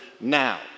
now